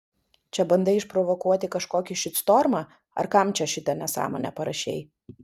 čia bandai išprovokuoti kažkokį šitstormą ar kam čia šitą nesąmonę parašei